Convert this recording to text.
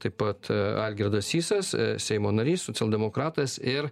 taip pat algirdas sysas seimo narys socialdemokratas ir